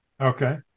Okay